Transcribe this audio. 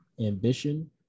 Ambition